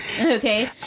Okay